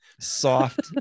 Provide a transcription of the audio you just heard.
soft